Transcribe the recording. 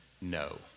no